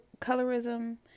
colorism